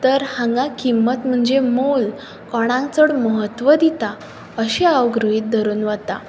तर हांगा किंमत म्हणजे मोल कोणाक चड म्हत्व दिता अशें हांव गृहीत धरून वतां